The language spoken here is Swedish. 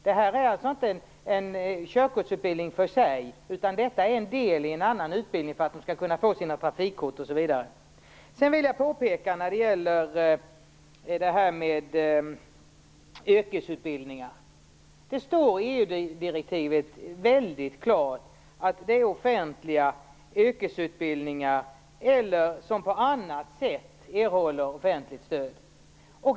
Detta är inte en körkortsutbildning för sig, utan det är en del av en annan utbildning för att eleverna skall kunna få sina trafikkort osv. Sedan vill jag göra ett påpekande när det gäller det här med yrkesutbildningar. Det står i EU direktivet väldigt klart om de offentliga utbildningar, yrkesutbildningar eller utbildningar som på annat sätt erhåller offentligt stöd.